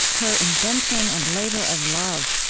her invention and labor of love,